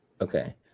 Okay